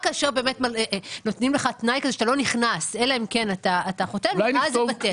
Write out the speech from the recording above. רק כאשר נותנים לך תנאי כזה שאתה לא נכנס אלא אם כן אתה חותם אז זה בטל.